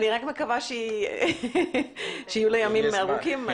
אני רק מקווה שיהיו לה ימים ארוכים.